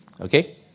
Okay